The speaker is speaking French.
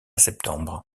septembre